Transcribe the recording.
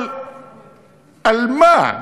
אבל על מה?